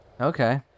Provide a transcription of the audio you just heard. Okay